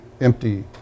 Empty